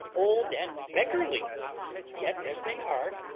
old, and beggarly yet, as they are,